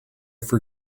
for